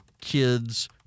kids